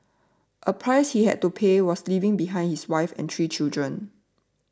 a price he had to pay was leaving behind his wife and three children